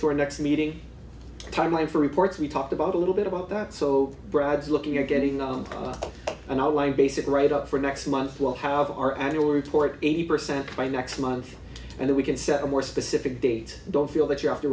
our next meeting timeline for reports we talked about a little bit about that so brad's looking you're getting on an hourly basis right up for next month we'll have our annual report eighty percent by next month and then we can set a more specific date don't feel that you